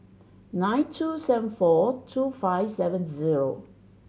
nine two seven four two five seven zero